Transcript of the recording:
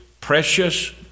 precious